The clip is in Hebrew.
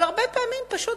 אבל הרבה פעמים הם פשוט